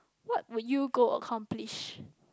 what would you go accomplish